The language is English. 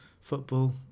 football